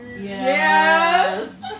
Yes